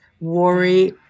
worry